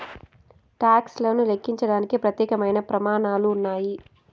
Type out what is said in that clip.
talks లను లెక్కించడానికి ప్రత్యేకమైన ప్రమాణాలు ఉన్నాయి